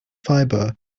fiber